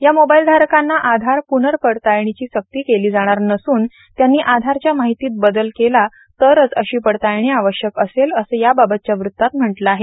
या मोबाईल धारकांना आधार प्नर्पडताळणीची सक्ती केली जाणार नसून त्यांनी आधारच्या माहितीत बदल केला तरच अशी पडताळणी आवश्यक असेल असं याबाबतच्या वृत्तात म्हटलं आहे